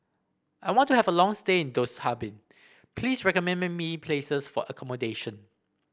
I want to have a long stay in Dushanbe please recommend me places for accommodation